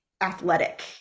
athletic